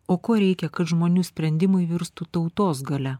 o ko reikia kad žmonių sprendimai virstų tautos galia